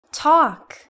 Talk